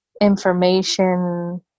information